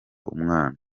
umwana